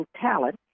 talent